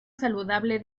saludable